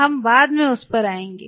हम बाद में उस पर आएंगे